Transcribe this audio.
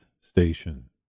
Station